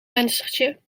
venstertje